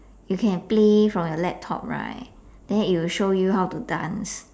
you can play from your laptop right then it will show you how to dance